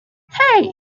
hey